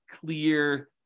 clear